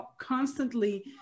constantly